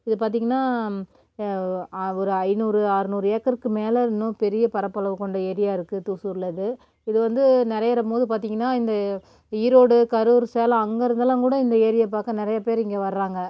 இது பார்த்தீங்கன்னா ஒரு ஐநூறு அறநூறு ஏக்கருக்கு மேலே இன்னும் பெரிய பரப்பளவு கொண்ட ஏரியாக இருக்குது தூசூரில் இது இது வந்து நிரயிறம் போது பார்த்தீங்கன்னா இந்த ஈரோடு கரூர் சேலம் அங்கே இருந்தெல்லாம் கூட இந்த ஏரியை பார்க்க நிறைய பேர் இங்கே வர்றாங்க